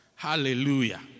Hallelujah